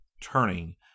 turning